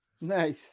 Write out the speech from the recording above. nice